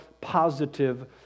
positive